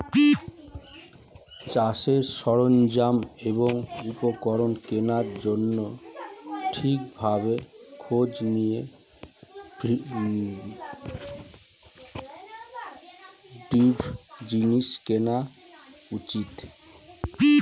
চাষের সরঞ্জাম এবং উপকরণ কেনার জন্যে ঠিক ভাবে খোঁজ নিয়ে দৃঢ় জিনিস কেনা উচিত